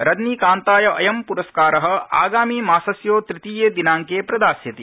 रजनीकान्ताय अयं पुरस्कार आगामि मासस्य तृतीये दिनांके प्रदास्यते